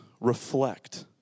reflect